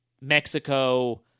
Mexico